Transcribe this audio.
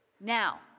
Now